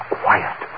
quiet